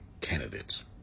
candidates